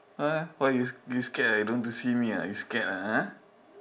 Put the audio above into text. uh what you you scared ah you don't want to see me ah you scared ah